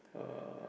uh